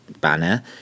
banner